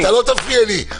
אתה לא תפריע לי.